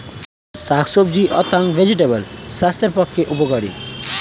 শাকসবজি অর্থাৎ ভেজিটেবল স্বাস্থ্যের পক্ষে উপকারী